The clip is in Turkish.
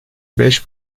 beş